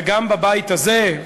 גם בבית הזה,